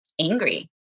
angry